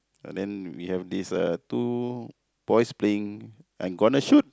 uh then we have these uh two boys playing I'm gonna shoot